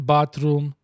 Bathroom